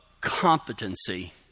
competency